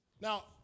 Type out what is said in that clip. Now